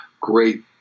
great